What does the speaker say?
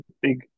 big